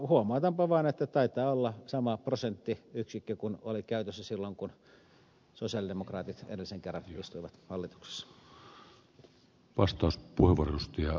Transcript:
huomautanpa vaan että taitaa olla sama prosenttiyksikkö kuin oli käytössä silloin kun sosialidemokraatit edellisen kerran istuivat hallituksessa